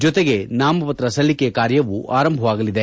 ಜತೆಗೆ ನಾಮಪತ್ರ ಸಲ್ಲಿಕೆ ಕಾರ್ಯವೂ ಆರಂಭವಾಗಲಿದೆ